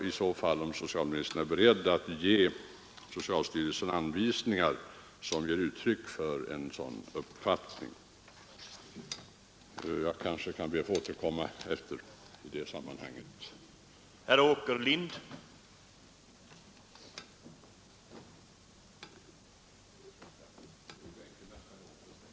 Är socialministern i så fall beredd att ge socialstyrelsen anvisningar som ger uttryck för denna uppfattning? Jag ber att få återkomma till denna fråga litet senare.